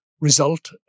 result